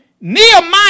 Nehemiah